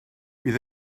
fydd